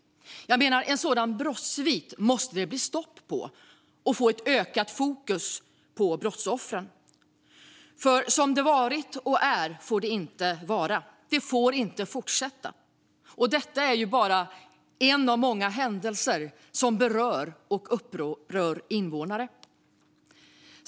En sådan brottssvit måste det bli stopp på. Det måste också bli ett ökat fokus på brottsoffren. Det får inte fortsätta vara som det varit och är. Det får inte fortsätta. Detta är bara en av många händelser som berör och upprör många invånare.